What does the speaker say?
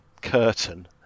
curtain